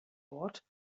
ort